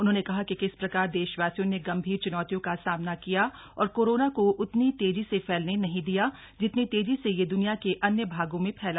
उन्होंने कहा कि किस प्रकार देशवासियों ने गंभीर चुनौतियों का सामना किया और कोरोना को उतनी तेजी से फैलने नहीं दिया जितनी तेजी से यह दुनिया के अन्य भागों में फैला